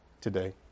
today